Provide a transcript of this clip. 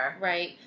Right